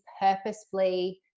purposefully